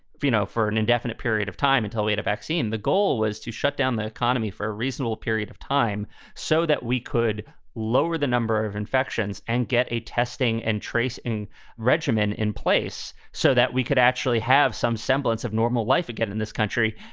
you know, for an indefinite period of time until we had a vaccine. the goal was to shut down the economy for a reasonable period of time so that we could lower the number of infections and get a testing and trace and regimen in place so that we could actually have some semblance of normal life again in this country.